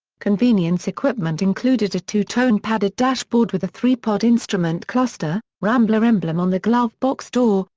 convenience equipment included a two-tone padded dashboard with a three-pod instrument cluster, rambler emblem on the glove box door,